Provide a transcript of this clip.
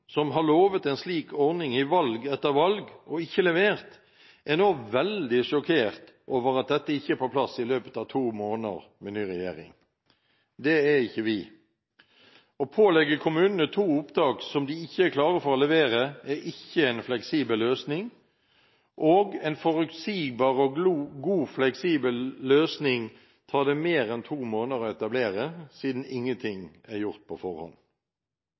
som har lovet en slik ordning i valg etter valg, og ikke levert, er nå veldig sjokkert over at dette ikke er på plass i løpet av to måneder med ny regjering. Det er ikke vi. Å pålegge kommunene to opptak som de ikke er klare for å levere, er ikke en fleksibel løsning. En forutsigbar og god fleksibel løsning tar det mer enn to måneder å etablere siden ingenting er gjort på forhånd.